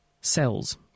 cells